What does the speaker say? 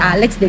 Alex